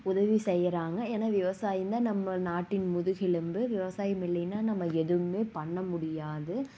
உதவி செய்கிறாங்க ஏன்னா விவசாயம்தான் நம்ம நாட்டின் முதுகு எலும்பு விவசாயம் இல்லைனா நம்ம எதுவும் பண்ண முடியாது